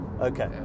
Okay